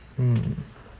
mm